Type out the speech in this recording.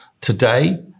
today